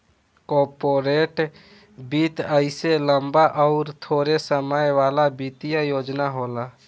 corporate वित्त अइसे लम्बा अउर थोड़े समय वाला वित्तीय योजना होला